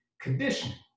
conditioning